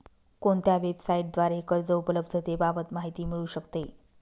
कोणत्या वेबसाईटद्वारे कर्ज उपलब्धतेबाबत माहिती मिळू शकते?